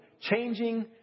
changing